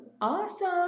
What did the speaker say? awesome